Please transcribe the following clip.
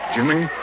Jimmy